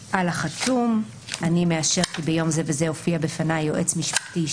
בסיום: "אני מאשר כי ביום_ _ הופיע בפניי יועץ משפטי